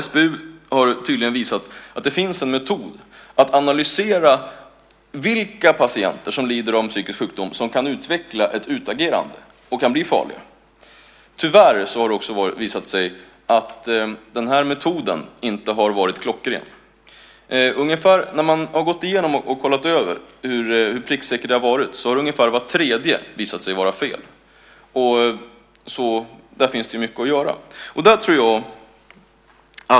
SBU har tydligen visat att det finns en metod att analysera vilka patienter som lider av en psykisk sjukdom som kan utveckla ett utagerande och bli farliga. Tyvärr har det också visat sig att metoden inte har varit klockren. När man har gått igenom och kollat hur pricksäker den har varit har ungefär var tredje analys visat sig vara fel. Där finns det mycket att göra.